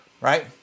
right